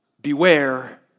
beware